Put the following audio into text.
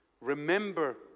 Remember